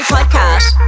Podcast